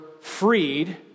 freed